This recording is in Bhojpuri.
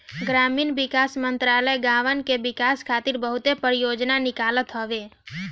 ग्रामीण विकास मंत्रालय गांवन के विकास खातिर बहुते परियोजना निकालत हवे